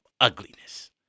ugliness